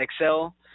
Excel